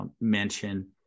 mention